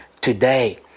today